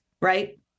right